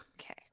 Okay